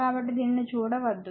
కాబట్టి దానిని చూడవద్దు